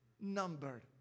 numbered